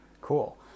Cool